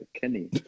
Kenny